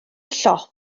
llofft